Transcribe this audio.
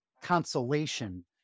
consolation